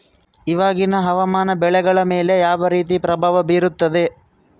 ಇವಾಗಿನ ಹವಾಮಾನ ಬೆಳೆಗಳ ಮೇಲೆ ಯಾವ ರೇತಿ ಪ್ರಭಾವ ಬೇರುತ್ತದೆ?